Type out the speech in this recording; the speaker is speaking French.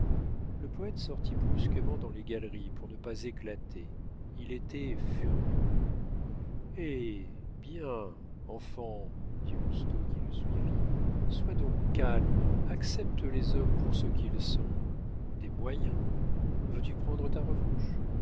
le poète sortit brusquement dans les galeries pour ne pas éclater il était furieux eh bien enfant dit lousteau qui le suivit sois donc calme accepte les hommes pour ce qu'ils sont des moyens veux-tu prendre ta revanche